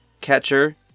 catcher